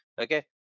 okay